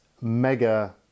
mega